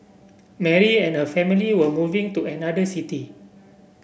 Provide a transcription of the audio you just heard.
Mary and her family were moving to another city